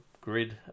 grid